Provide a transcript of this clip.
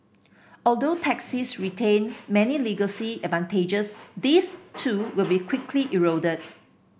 although taxis retain many legacy advantages these too will be quickly eroded